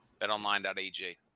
Betonline.ag